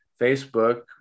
Facebook